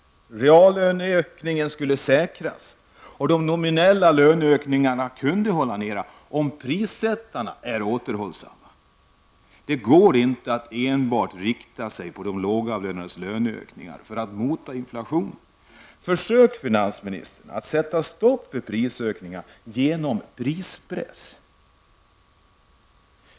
Reallöneökningen skulle säkras. De nominella löneökningarna kunde hållas nere om prissättarna är återhållsamma. Det går inte att enbart inrikta sig på de lågavlönades löneökningar för att mota inflationen. Försök, finansministern, att sätta stoppa för prisökningar genom prispress!